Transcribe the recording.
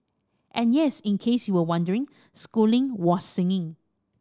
and yes in case you were wondering Schooling was singing